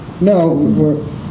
No